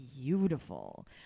beautiful